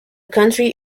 country